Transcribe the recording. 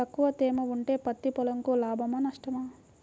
తక్కువ తేమ ఉంటే పత్తి పొలంకు లాభమా? నష్టమా?